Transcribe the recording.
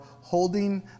holding